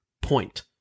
point